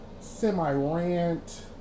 semi-rant